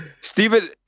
Stephen